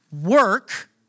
work